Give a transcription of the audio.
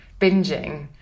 binging